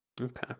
okay